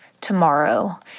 tomorrow